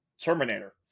Terminator